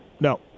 No